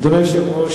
אדוני היושב-ראש,